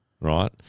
right